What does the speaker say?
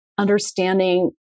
Understanding